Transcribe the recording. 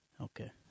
Okay